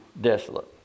desolate